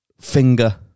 finger